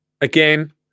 Again